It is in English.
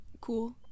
cool